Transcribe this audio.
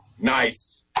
Nice